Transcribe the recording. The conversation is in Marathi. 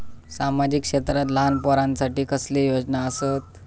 सामाजिक क्षेत्रांत लहान पोरानसाठी कसले योजना आसत?